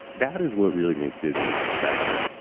that is what really makes disney special,